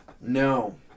No